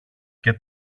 και